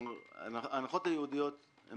אבל